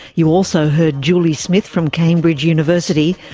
you also heard julie smith from cambridge university,